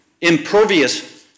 impervious